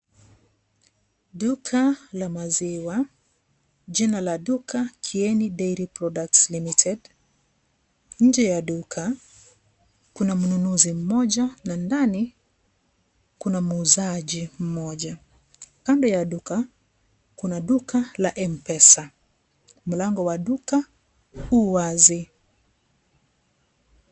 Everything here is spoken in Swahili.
Duka la maziwa, jina la duka Kieni Daily Products Limited. Nje ya duka kuna mnunuzi mmoja na ndani kuna muuzaji mmoja, kando ya duka kuna duka la M-Pesa. Mlango wa duka u wazi.